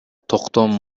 токтом